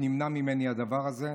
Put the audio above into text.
נמנע ממני הדבר הזה,